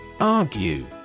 Argue